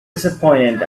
disappointed